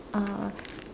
uh